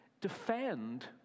defend